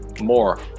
more